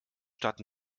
stadt